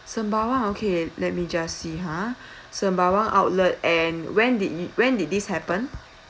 Sembawang okay let me just see ha Sembawang outlet and when did when did this happened